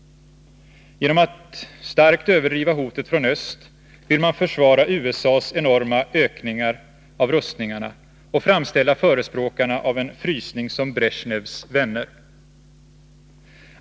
Genom att starkt överdriva hotet från öst vill man försvara USA:s enorma ökningar av rustningarna och framställa förespråkarna av en ”frysning” som Bresjnevs vänner.